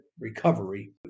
recovery